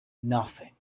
nothing